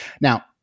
Now